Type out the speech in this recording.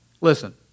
Listen